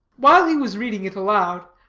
while he was reading it aloud,